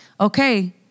okay